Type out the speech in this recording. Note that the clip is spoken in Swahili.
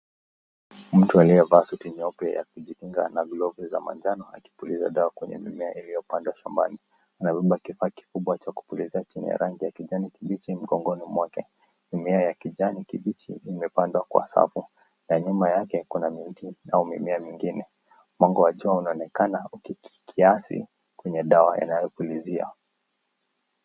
Mtu aliyevaa suti nyepesi ya kujikinga na glovu za manjano akipuliza dawa kwenye mimea iliyopandwa shambani. Amebeba kifaa kikubwa cha kupulizia chenye rangi ya kijani kilicho mgongoni mwake. Mimea ya kijani kibichi imepandwa kwa safu. Na nyuma yake kuna miuti au mimea mingine. Mwanga wa jua unaonekana ukipitia kiasi kwenye dawa anayopulizia.